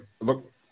Look